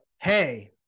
Hey